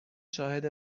شاهد